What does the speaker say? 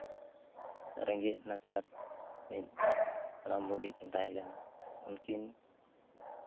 ᱨᱮᱸᱜᱮᱡ ᱱᱟᱪᱟᱨ ᱢᱤᱫ ᱦᱟᱲᱟᱢ ᱵᱩᱰᱷᱤ ᱠᱤᱱ ᱛᱟᱦᱮᱸ ᱞᱮᱱᱟ ᱩᱱᱠᱤᱱ